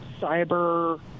cyber